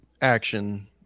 action